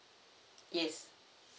yes